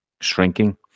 shrinking